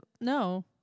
no